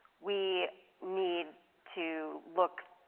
we need to look.